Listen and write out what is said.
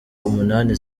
umunani